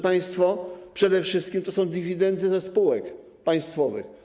Przede wszystkim to są dywidendy ze spółek państwowych.